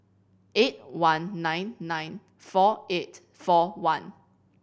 eight one nine nine four eight four one